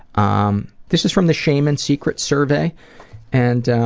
um this is from the shame and secrets survey and